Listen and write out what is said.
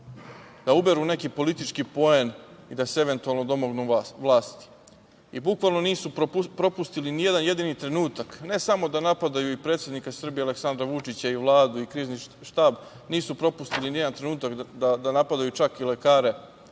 da uberu neki politički poen i da se eventualno domognu vlasti. Bukvalno, nisu propustili ni jedan jedini trenutak ne samo da napadaju predsednika Srbije Aleksandra Vučića i Vladu i Krizni štab, nisu propustili ni jedan trenutak da napadaju čak i lekare,